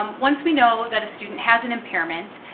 um once we know that a student has an impairment.